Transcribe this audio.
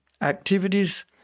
activities